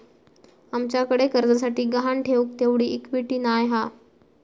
आमच्याकडे कर्जासाठी गहाण ठेऊक तेवढी इक्विटी नाय हा